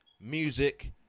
music